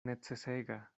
necesega